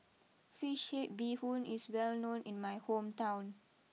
Fish Head BeeHoon is well known in my hometown